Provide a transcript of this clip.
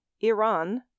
Iran